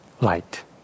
light